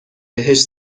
بهش